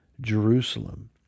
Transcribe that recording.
Jerusalem